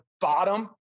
bottom